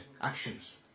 actions